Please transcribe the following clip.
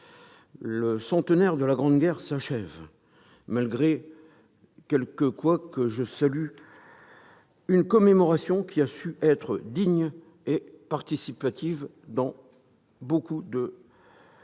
Le centenaire de la Grande Guerre s'achève. Malgré quelques couacs, je salue une commémoration qui a su être digne et participative dans beaucoup de